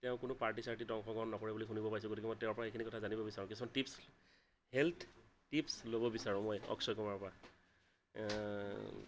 তেওঁ কোনো পাৰ্টি চাৰ্টিত অংশগ্ৰহণ নকৰে বুলি শুনিব পাইছোঁ গতিকে মই তেওঁৰ পৰা এইখিনি কথা জানিব বিচাৰোঁ কিছুমান টিপছ হেল্থ টিপছ ল'ব বিচাৰোঁ মই অক্ষয় কুমাৰৰ পৰা